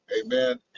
Amen